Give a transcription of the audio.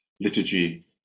liturgy